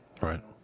Right